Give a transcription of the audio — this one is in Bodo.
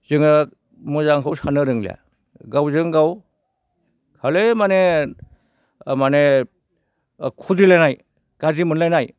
जोङो मोजांखौ सानो रोंला गावजों गाव खालि माने माने खुद्रिलायनाय गाज्रि मोनलायनाय